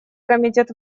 комитет